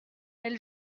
elle